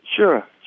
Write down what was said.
Sure